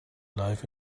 life